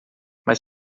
mas